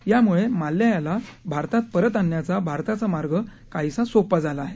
यामुळे माल्या याला भारतात परत आणण्याचा भारताचा मार्ग काहीसा सोपा झाला आहे